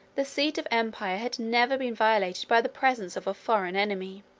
the seat of empire had never been violated by the presence of a foreign enemy.